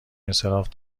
انصراف